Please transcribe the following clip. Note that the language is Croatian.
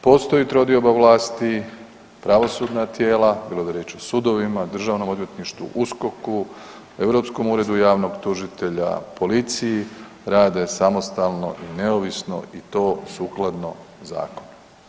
Postoji trodioba vlasti, pravosudna tijela, bilo da je riječ o Sudovima, Državnom odvjetništvu, Uskok-u, Europskom uredu javnog tužitelja, policiji, rade samostalno i neovisno i to sukladno Zakonu.